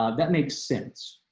ah that makes sense.